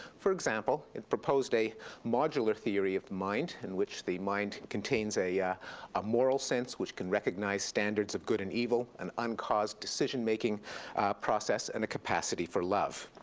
for example, it proposed a modular theory of mind in which the mind contains a yeah a moral sense which can recognize standards of good and evil and uncaused decision making process and a capacity for love.